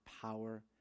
power